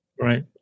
right